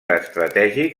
estratègic